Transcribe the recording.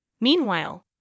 Meanwhile